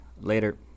later